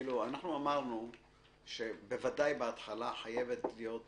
אנחנו אמרנו שבוודאי בהתחלה חייבת להיות הודעה,